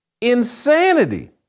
insanity